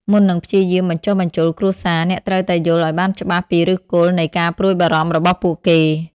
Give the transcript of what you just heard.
មុននឹងព្យាយាមបញ្ចុះបញ្ចូលគ្រួសារ អ្នកត្រូវតែយល់ឲ្យបានច្បាស់ពីឫសគល់នៃការព្រួយបារម្ភរបស់ពួកគេ។